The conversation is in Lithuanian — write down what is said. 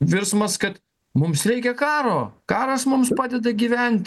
virsmas kad mums reikia karo karas mums padeda gyvent